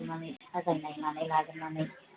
थारमाने साजायनाय मानाय लाजोबनानै